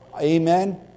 Amen